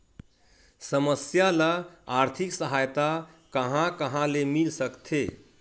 समस्या ल आर्थिक सहायता कहां कहा ले मिल सकथे?